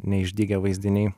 neišdygę vaizdiniai